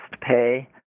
pay